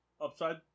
Upside